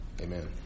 Amen